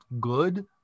good